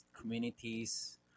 communities